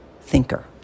thinker